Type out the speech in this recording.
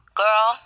girl